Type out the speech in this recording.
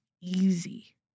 easy